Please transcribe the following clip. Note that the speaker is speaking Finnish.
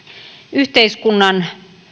yhteiskunnan